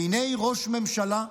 והינה ראש ממשלה,